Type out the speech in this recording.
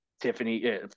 Tiffany –